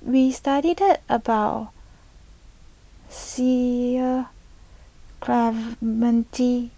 we studied about Cecil Clementi